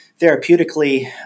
therapeutically